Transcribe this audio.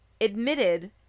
admitted